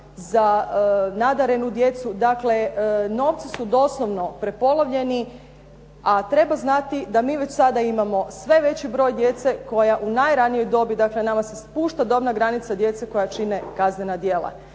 za nadarenu djecu. Dakle, novci su doslovno prepolovljeni a treba znati da mi već sada imamo sve veći broj djece koja u najranijoj dobi, dakle nama se spušta dobna granica djece koja čine kaznena djela.